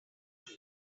have